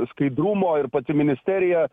skaidrumo ir pati ministerija